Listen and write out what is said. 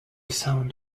sound